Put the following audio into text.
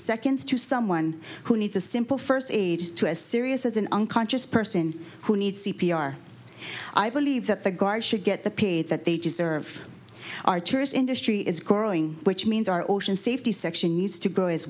seconds to someone who needs a simple first ages to as serious as an unconscious person who needs c p r i believe that the guard should get the pay that they deserve our tourist industry is growing which means our ocean safety section needs to grow as